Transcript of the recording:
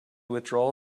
withdraw